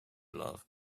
love